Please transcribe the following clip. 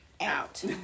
out